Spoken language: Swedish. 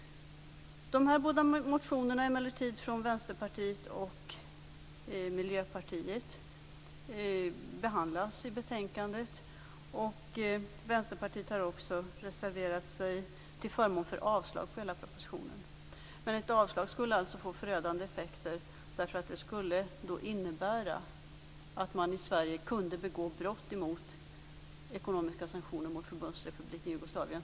De båda motionerna från Vänsterpartiet och Miljöpartiet behandlas emellertid i betänkandet. Vänsterpartiet har också reserverat sig till förmån för avslag på hela propositionen. Men ett avslag skulle alltså få förödande effekter, därför att det skulle då innebära att man i Sverige kunde begå brott mot ekonomiska sanktioner mot Förbundsrepubliken Jugoslavien.